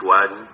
one